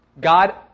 God